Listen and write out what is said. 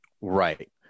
Right